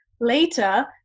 later